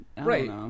Right